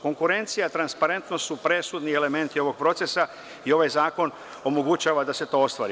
Konkurencija i transparentnost su presudni elementi ovog procesa i ovaj zakon omogućava da se to ostvari.